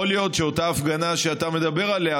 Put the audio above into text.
יכול להיות שאותה הפגנה שאתה מדבר עליה,